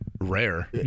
rare